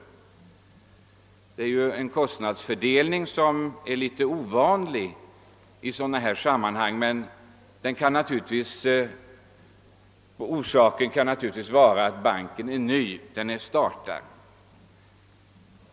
Det är ju en kostnadsfördelning som är litet ovanlig i sådana här sammanhang, men orsaken härtill kan naturligtvis vara att banken nyligen startats.